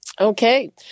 Okay